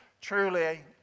Truly